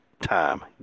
time